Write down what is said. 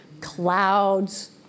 Clouds